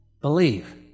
Believe